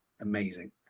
Amazing